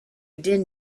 din